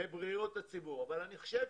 בבריאות הציבור אבל אני חושב